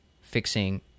fixing